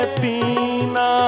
pina